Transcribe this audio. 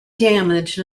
damaged